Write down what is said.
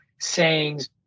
sayings